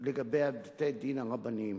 לגבי בתי-הדין הרבניים.